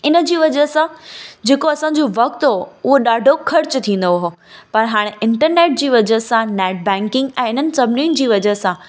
इनजी वजह सां जेको असांजो वक़्ति हो उहो ॾाढो ख़र्चु थींदो उहो पर हाणे इंटरनेट जी वजह सां नेट बैंकिंग आहे इन्हनि सभिनीनि जी वजह सां